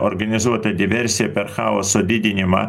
organizuota diversija per chaoso didinimą